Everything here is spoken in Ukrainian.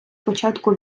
початку